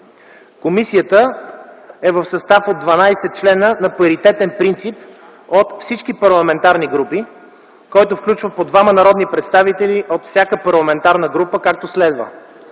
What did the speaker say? Комисията е в състав от 12 члена на паритетен принцип от всички парламентарни групи, който включва по двама народни представители от всяка парламентарна група, както следва: